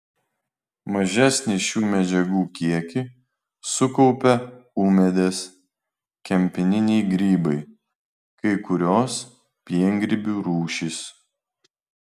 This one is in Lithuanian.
mažesnį šių medžiagų kiekį sukaupia ūmėdės kempininiai grybai kai kurios piengrybių rūšys